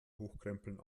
hochkrempeln